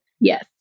Yes